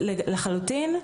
לשאלתך,